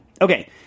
Okay